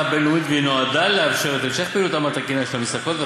בין-לאומית והיא נועדה לאפשר את המשך פעילותן התקינה של המסלקות,